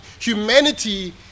humanity